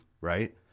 right